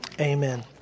Amen